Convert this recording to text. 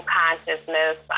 consciousness